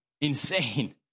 insane